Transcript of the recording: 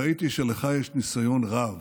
ראיתי שלך יש ניסיון רב